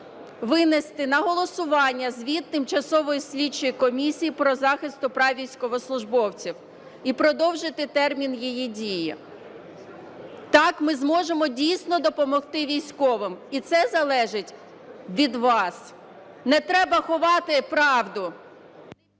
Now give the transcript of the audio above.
винести на голосування звіт Тимчасової слідчої комісії по захисту прав військовослужбовців і продовжити термін її дії. Так ми зможемо, дійсно, допомогти військовим і це залежить від вас. Не треба ховати правду.